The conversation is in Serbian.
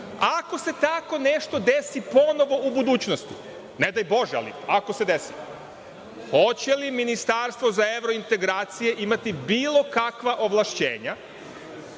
ako se tako nešto desi ponovo u budućnosti, ne daj Bože, ali ako se desi, hoće li ministarstvo za evrointegracije imati bilo kakva ovlašćenja